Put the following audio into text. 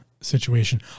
situation